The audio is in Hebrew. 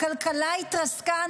הכלכלה התרסקה,